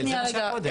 זה מה שהיה קודם.